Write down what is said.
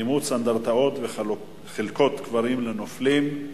אימוץ אנדרטאות וחלקות קברים לנופלים,